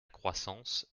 croissance